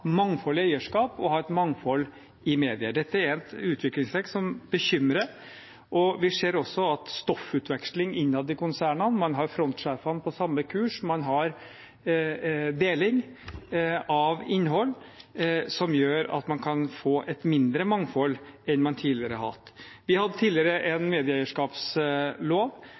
mangfold i eierskap og å ha et mangfold i mediene. Dette er et utviklingstrekk som bekymrer. Vi ser også stoffutveksling innad i konsernene, man har frontsjefene på samme kurs, man har deling av innhold som gjør at man kan få et mindre mangfold enn man tidligere hadde. Vi hadde tidligere en medieeierskapslov.